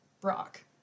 Brock